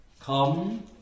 Come